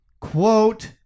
Quote